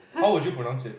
how would you pronounce it